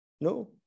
no